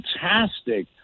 fantastic